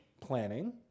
planning